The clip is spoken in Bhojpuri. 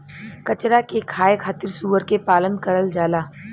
कचरा के खाए खातिर सूअर के पालन करल जाला